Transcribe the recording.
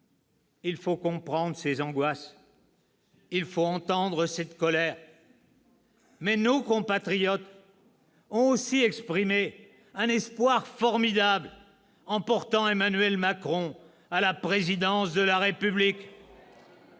Il faut comprendre ces angoisses, il faut entendre cette colère. « Mais nos compatriotes ont aussi exprimé un espoir formidable en portant Emmanuel Macron à la présidence de la République.